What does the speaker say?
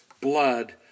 blood